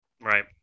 Right